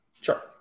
sure